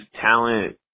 talent